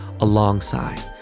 alongside